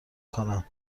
کنم